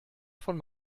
von